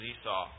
Esau